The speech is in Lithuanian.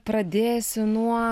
pradėsiu nuo